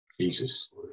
Jesus